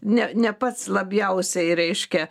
ne ne pats labiausiai reiškia